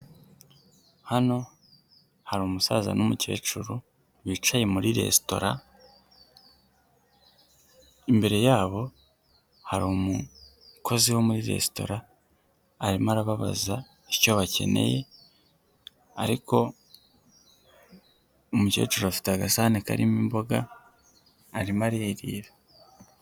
Hano hari umusaza n'umukecuru wicaye muri resitora imbere yabo hari umukozi wo muri resitora arimo arabaza icyo bakeneye ariko umukecuru afite agasani karimo imboga arimo aririra.